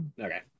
Okay